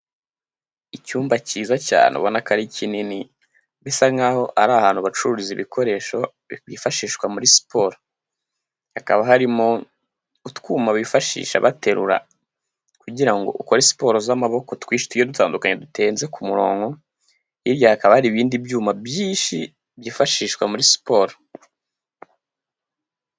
Icyumba cyiza cyane ubona ko ari kinini, bisa nkaho ari ahantu bacururiza ibikoresho byifashishwa muri siporo. Hakaba harimo utwuma bifashisha baterura kugira ngo ukore siporo z'amaboko twinshi tugiye dutandukanye dutenze ku murongo, hirya hakaba hari ibindi byuma byinshi byifashishwa muri siporo.